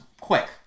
quick